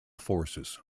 forces